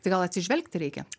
tai gal atsižvelgti reikia